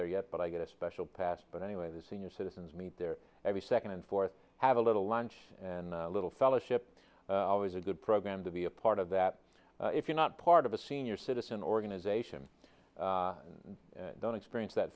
there yet but i get a special pass but anyway the senior citizens meet there every second and fourth have a little lunch and a little fellowship always a good program to be a part of that if you're not part of a senior citizen organization and don't experience that